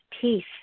peace